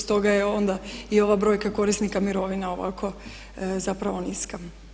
Stoga je ona i ova brojka korisnika mirovina ovako zapravo niska.